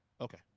Okay